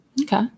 Okay